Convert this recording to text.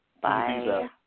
Bye